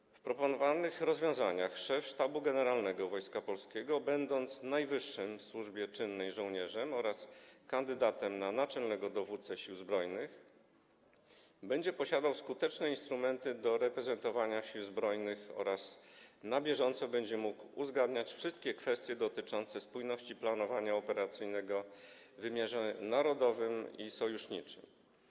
Zgodnie z proponowanymi rozwiązaniami szef Sztabu Generalnego Wojska Polskiego, będąc najwyższym w służbie czynnej żołnierzem oraz kandydatem na naczelnego dowódcę Sił Zbrojnych, będzie posiadał skuteczne instrumenty do reprezentowania Sił Zbrojnych oraz będzie mógł na bieżąco uzgadniać wszystkie kwestie dotyczące spójności planowania operacyjnego w wymiarze narodowym i sojuszniczym.